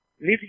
live